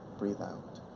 breathe out.